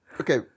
okay